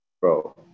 bro